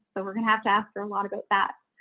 but we're gonna have to ask her a lot about that.